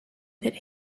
that